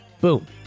Boom